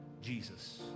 Jesus